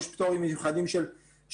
יש דברים פטורים מיוחדים של המשטרה,